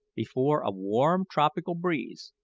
before a warm tropical breeze,